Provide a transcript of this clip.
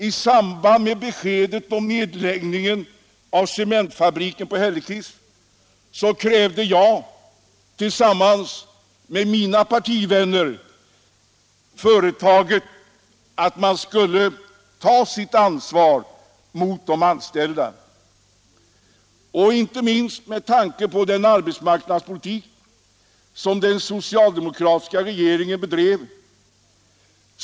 I samband med beskedet om nedläggningen av cementfabriken i Hällekis krävde jag tillsammans med mina partivänner att företaget skulle ta sitt ansvar för de anställda — inte minst med tanke Allmänpolitisk debatt 1 Allmänpolitisk debatt på den arbetsmarknadspolitik som den socialdemokratiska regeringen bedrev.